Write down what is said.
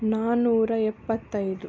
ನಾನ್ನೂರ ಎಪ್ಪತ್ತೈದು